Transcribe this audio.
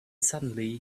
suddenly